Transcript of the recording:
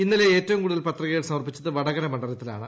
ഇന്നലെ ഏറ്റവും കൂടുതൽ പത്രികകൾ സമർപ്പിച്ചത് വടകര മണ്ഡലത്തിലാണ്